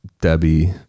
Debbie